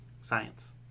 Science